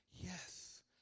yes